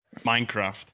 Minecraft